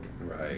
right